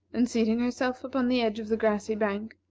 and seating herself upon the edge of the grassy bank,